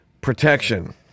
protection